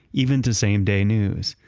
even to same day news.